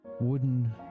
wooden